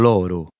Loro